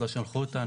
לא שלחו אותנו,